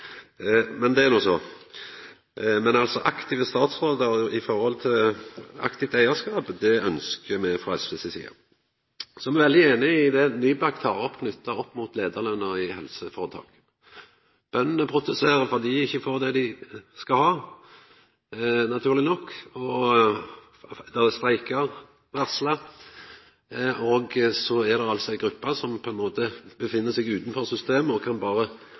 Men det er no så. Aktive statsrådar i forhold til aktiv eigarskap, det ønskjer me frå SV si side. Så er me veldig einige i det Nybakk tek opp, knytt opp mot leiarlønn i helseføretak. Bøndene protesterer fordi dei ikkje får det dei skal ha – naturleg nok – og det er varsla streikar. Så er det altså ei gruppe som på ein måte er utanfor systemet og berre kan